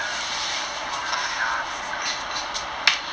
G_P_A